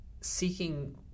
seeking